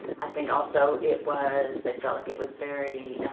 i think also it was they felt like it was very